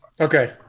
Okay